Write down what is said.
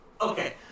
Okay